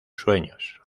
sueños